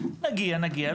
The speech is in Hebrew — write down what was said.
נגיע נגיע,